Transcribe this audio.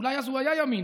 אולי אז הוא היה ימין,